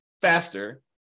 faster